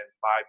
five